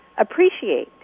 Appreciate